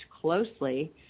closely